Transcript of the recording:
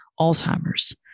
Alzheimer's